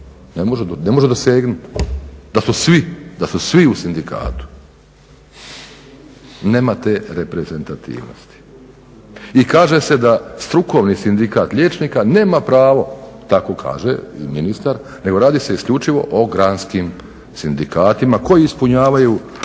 ne može dosegnuti da su svi u sindikatu. Nema te reprezentativnosti. I kaže se da strukovni sindikat liječnika nema pravo, tako kaže ministar, nego radi se isključivo o granskim sindikatima koji ispunjavaju